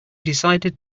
decided